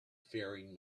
faring